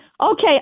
Okay